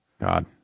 God